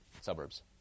suburbs